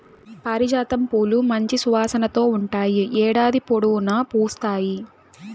పారిజాతం పూలు మంచి సువాసనతో ఉంటాయి, ఏడాది పొడవునా పూస్తాయి